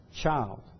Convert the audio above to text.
child